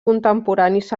contemporanis